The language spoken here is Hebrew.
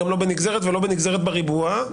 גם לא בנגזרת ולא בנגזרת בריבוע,